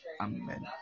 amen